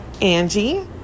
Angie